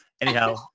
Anyhow